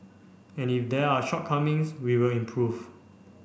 and if there are shortcomings we will improve